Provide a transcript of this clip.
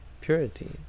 purity